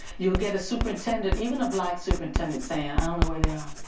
you'll get a superintendent, even a black superintendent saying, i don't know where they are.